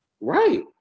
Right